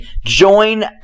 join